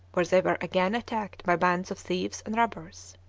where they were again attacked by bands of thieves and robbers.